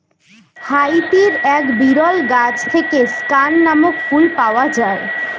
হাইতির এক বিরল গাছ থেকে স্ক্যান নামক ফুল পাওয়া যায়